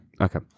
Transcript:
okay